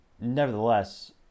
nevertheless